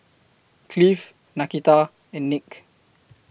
Cleve Nakita and Nick